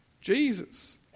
Jesus